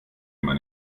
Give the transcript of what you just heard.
immer